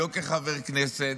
לא כחבר כנסת,